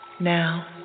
Now